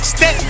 Step